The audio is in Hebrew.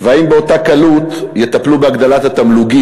והאם באותה קלות יטפלו בהגדלת התמלוגים